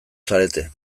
zarete